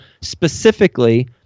specifically